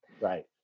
Right